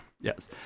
Yes